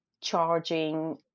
charging